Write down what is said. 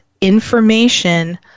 information